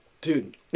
dude